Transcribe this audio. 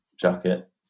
jacket